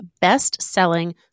best-selling